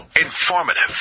informative